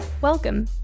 Welcome